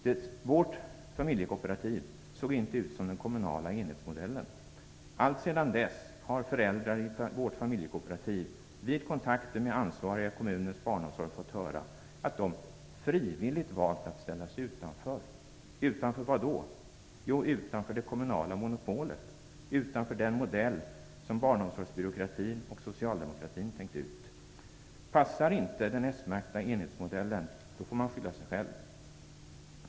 Vårt familjekooperativ såg inte ut som den kommunala enhetsmodellen. Alltsedan dess har föräldrar i vårt familjekooperativ vid kontakter med ansvariga i kommunens barnomsorg fått höra att "de frivilligt valt att ställa sig utanför". Utanför vad då? Jo, utanför det kommunala monopolet, utanför den modell som barnomsorgsbyråkratin och socialdemokratin tänkt ut. Om inte den s-märkta enhetsmodellen passar får man skylla sig själv.